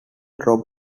rock